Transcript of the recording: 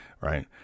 right